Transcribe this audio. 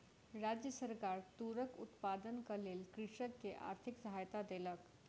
राज्य सरकार तूरक उत्पादनक लेल कृषक के आर्थिक सहायता देलक